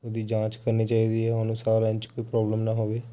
ਉਹਦੀ ਜਾਂਚ ਕਰਨੀ ਚਾਹੀਦੀ ਹੈ ਉਹਨੂੰ ਸਾਹ ਲੈਣ 'ਚ ਕੋਈ ਪ੍ਰੋਬਲਮ ਨਾ ਹੋਵੇ